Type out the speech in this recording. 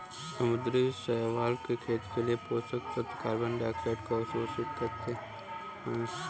समुद्री शैवाल के खेत के लिए पोषक तत्वों कार्बन डाइऑक्साइड को अवशोषित करते है